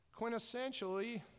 quintessentially